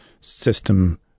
system